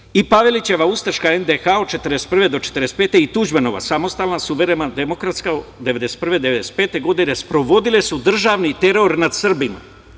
Idemo dalje, i Pavelićeva ustaška NDH 1941. do 1945. i Tuđmanova samostalna, suverena demokratska 1991. do 1995. godine, sprovodili su državni teror nad Srbima.